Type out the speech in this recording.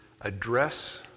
address